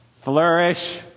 Flourish